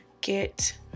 get